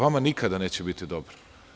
Vama nikada neće biti dobro.